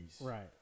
Right